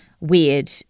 weird